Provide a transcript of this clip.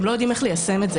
הם לא יודעים איך ליישם את זה,